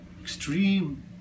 extreme